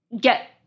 get